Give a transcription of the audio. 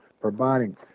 Providing